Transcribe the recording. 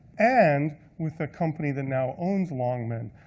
and with the company that now owns longman,